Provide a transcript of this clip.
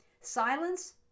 silence